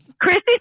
Christy